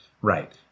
right